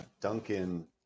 Duncan